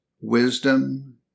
wisdom